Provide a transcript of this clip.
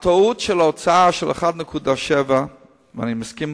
הטעות של האוצר של 1.7. אני מסכים